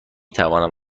توانم